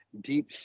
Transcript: deep